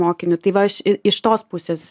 mokiniui tai va aš iš tos pusės